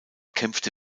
kämpfte